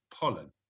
pollen